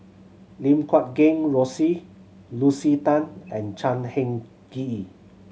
Lim Guat Kheng Rosie Lucy Tan and Chan Heng Chee